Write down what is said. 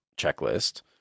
checklist